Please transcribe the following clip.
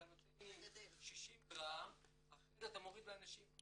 אתה נותן לי 60 גרם אחרי זה אתה מוריד לאנשים,